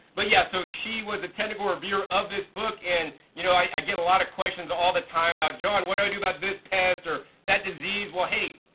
but yeah so she was a technical reviewer of this book and you know i get a lot of questions all the time about, john, what do i do about this pest or that disease well, hey!